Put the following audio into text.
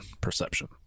perception